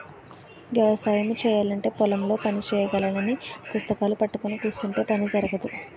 వ్యవసాయము చేయాలంటే పొలం లో పని చెయ్యాలగాని పుస్తకాలూ పట్టుకొని కుసుంటే పని జరగదు